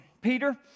Peter